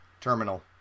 terminal